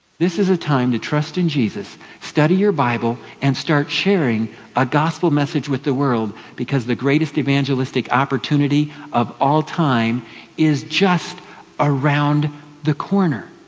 this is a time to trust in jesus. study your bible, and start sharing the ah gospel message with the world, because the greatest evangelistic opportunity of all time is just around the corner.